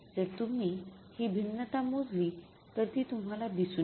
जर तुम्ही हि भिन्नता मोजली तर ती तुम्हाला दिसून येईल